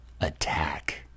attack